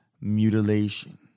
mutilation